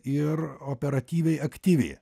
ir operatyviai aktyvi